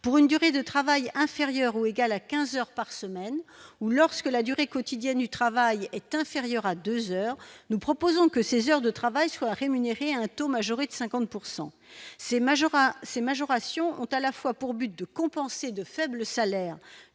pour une durée de travail inférieure ou égale à 15 heures par semaine, ou lorsque la durée quotidienne du travail est inférieur à 2 heures, nous proposons que ses heures de travail soit rémunéré à un taux majoré de 50 pourcent ces majors à ces majorations ont à la fois pour but de compenser, de faibles salaires,